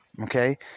okay